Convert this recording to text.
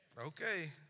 Okay